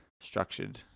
Structured